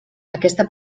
aquesta